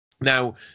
Now